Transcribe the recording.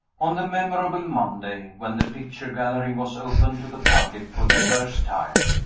on the memorable monday, when the picture gallery was opened to the public for the first time,